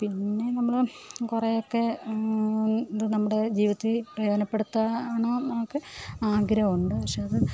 പിന്നേ നമ്മൾ കുറേയൊക്കെ ഇതു നമ്മുടെ ജീവിതത്തിൽ പ്രയോജനപ്പെടുത്താൻ ആണോ നമുക്ക് ആഗ്രഹം ഉണ്ട് പക്ഷെ അത്